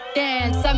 dance